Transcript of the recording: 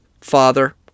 father